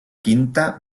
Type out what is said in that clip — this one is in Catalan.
quinta